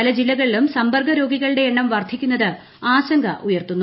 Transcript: പല ജില്ലകളിലും സമ്പർക്ക രോഗികളുടെ എണ്ണം വർദ്ധിക്കുന്നത് ആശങ്ക ഉയർത്തുന്നു